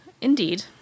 Indeed